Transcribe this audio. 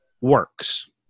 works